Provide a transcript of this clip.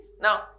Now